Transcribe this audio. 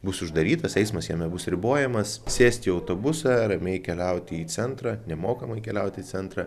bus uždarytas eismas jame bus ribojamas sėsti į autobusą ramiai keliauti į centrą nemokamai keliauti į centrą